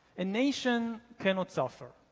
a nation cannot suffer.